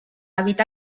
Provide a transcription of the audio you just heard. evitar